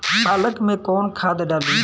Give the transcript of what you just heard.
पालक में कौन खाद डाली?